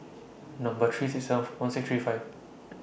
Number three six seven four one six three five